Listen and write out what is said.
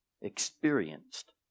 Experienced